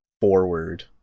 forward